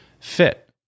fit